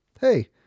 hey